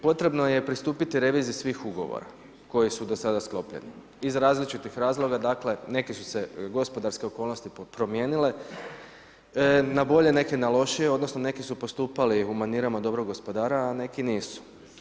Potrebno je pristupiti reviziji svih ugovora koji su do sada sklopljeni iz različitih razloga, dakle neke su se gospodarske okolnosti promijenile na bolje, neke na loše, odnosno neki su postupali u manirama dobro gospodara a neki nisu.